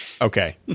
Okay